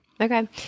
Okay